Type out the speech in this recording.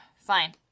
fine